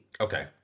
Okay